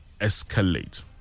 escalate